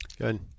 Good